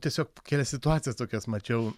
tiesiog kelias situacijas tokias mačiau